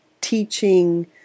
teaching